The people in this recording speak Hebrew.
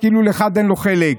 שכאילו לאחד אין חלק,